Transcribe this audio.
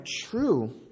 true